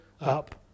up